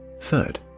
third